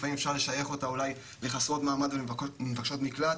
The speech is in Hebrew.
כן לפעמים אפשר לשייך אותה אולי לחסרות מעמד ולמבקשות מקלט,